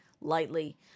lightly